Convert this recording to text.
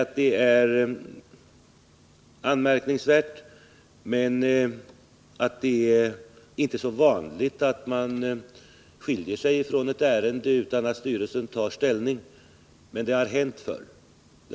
Det kan sägas vara anmärkningsvärt, och det är naturligtvis inte så vanligt att man skiljer sig från ett ärende utan att styrelsen tagit ställning, men det har hänt förr.